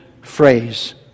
phrase